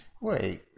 Wait